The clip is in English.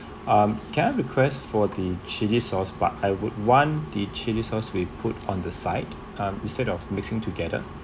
um can I request for the chili sauce but I would one the chili sauce be put on the side um instead of mixing together